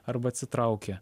arba atsitraukia